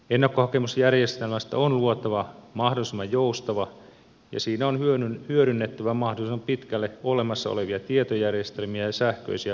ennakkohakemusjärjestelmästä on luotava mahdollisimman joustava ja siinä on hyödynnettävä mahdollisimman pitkälle olemassa olevia tietojärjestelmiä ja sähköisiä palvelujärjestelmiä